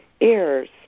errors